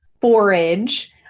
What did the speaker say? forage